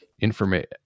information